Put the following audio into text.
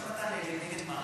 נגד, נגד מה?